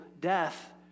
death